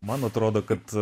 man atrodo kad